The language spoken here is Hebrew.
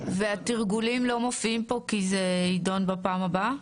והתרגולים לא מופיעים כאן כי זה יידון בפעם הבאה?